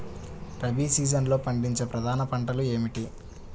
రబీ సీజన్లో పండించే ప్రధాన పంటలు ఏమిటీ?